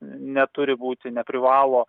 neturi būti neprivalo